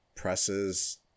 Presses